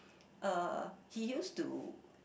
uh he used to